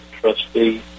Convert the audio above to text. trustee